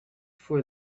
for